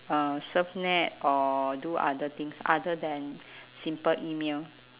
uh surf net or do other things other than simple email